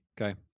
okay